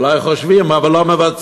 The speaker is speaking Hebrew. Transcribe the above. אולי חושבים, אבל לא מבצעים.